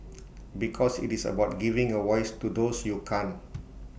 because IT is about giving A voice to those you can't